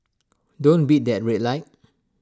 don't beat that red light